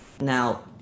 Now